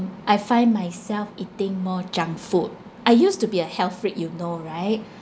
I find myself eating more junk food I used to be a health freak you know right